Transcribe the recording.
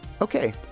Okay